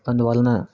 అందువలన